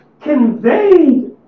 conveyed